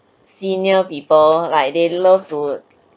senior people like they love to